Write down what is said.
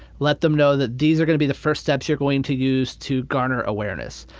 let them know that these are going to be the first steps you're going to use to garner awareness.